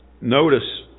notice